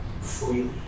freely